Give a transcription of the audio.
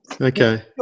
Okay